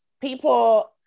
people